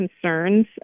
concerns